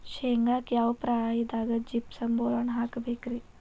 ಶೇಂಗಾಕ್ಕ ಯಾವ ಪ್ರಾಯದಾಗ ಜಿಪ್ಸಂ ಬೋರಾನ್ ಹಾಕಬೇಕ ರಿ?